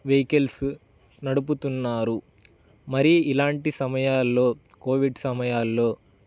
vehicles నడుపుతున్నారు మరి ఇలాంటి సమయాల్లో కోవిడ్ సమయాల్లో